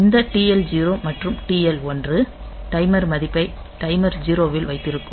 இந்த TL0 மற்றும் TL1 timer மதிப்பை டைமர் 0 இல் வைத்திருக்கும்